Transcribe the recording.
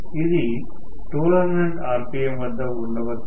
ఇది 1200 rpm వద్ద ఉండవచ్చు